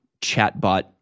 chatbot